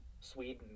Sweden